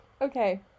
okay